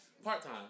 Part-time